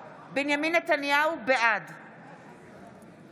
נתניהו, בעד